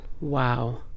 Wow